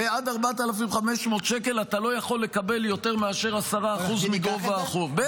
ועד 4,500 שקל אתה לא יכול לקבל יותר מאשר 10% מגובה החוב.